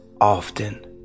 often